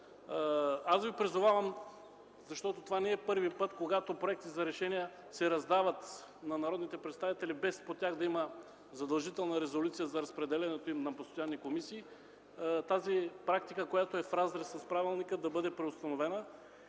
Аз Ви призовавам, защото това не е първият път, когато проекти за решения се раздават на народните представители, без по тях да има задължителна резолюция за разпределянето им на постоянни комисии. Тази практика, която е в разрез с правилника, да бъде преустановена,